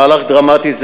מהלך דרמטי זה,